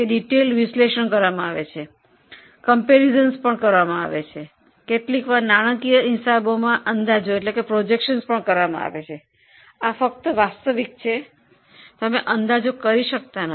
વિગતવાર વિશ્લેષણ આવી રીતે કરવામાં આવે છે સરખામણી કરવામાં આવે છે કેટલીકવાર નાણાકીય હિસાબી પદ્ધતિમાં અંદાજો કરવામાં આવે છે આ ફક્ત વાસ્તવિક છે અંદાજો નથી